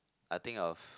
I think of